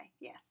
yes